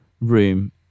room